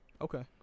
Okay